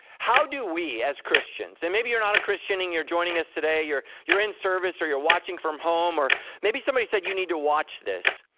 how do we as christians and maybe you're not a christian and you're joining us today, you're you're in service or you're watching from home, or maybe somebody said you need to watch this.